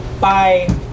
Bye